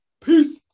Peace